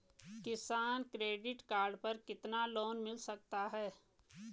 किसान credit card पर कितना लोंन मिल सकता है?